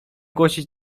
głosić